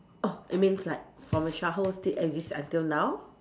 oh it means like from the childhood still exists until now